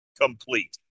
complete